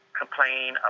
complain